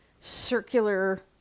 circular